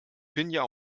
finja